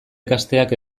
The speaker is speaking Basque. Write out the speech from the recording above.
ikasteak